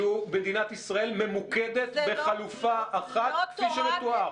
מדינת ישראל ממוקדת בחלופה אחת כפי שמתואר.